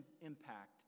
impact